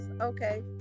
Okay